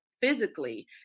physically